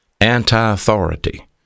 Anti-authority